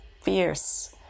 fierce